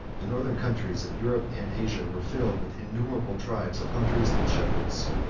the northern countries of europe and asia were filled with innumerable tribes of hunters and shepherds,